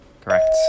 Correct